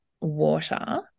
water